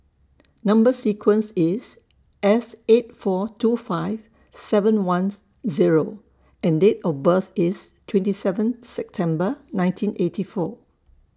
Number sequence IS S eight four two five seven Ones Zero and Date of birth IS twenty seven September nineteen eighty four